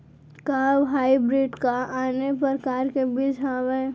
का हाइब्रिड हा आने परकार के बीज आवय?